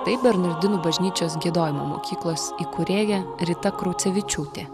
tai bernardinų bažnyčios giedojimo mokyklos įkūrėja rita kraucevičiūtė